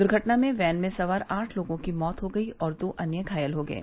दुर्घटना में वैन में सवार आठ लोगों की मौत हो गयी और दो अन्य घायल हो गये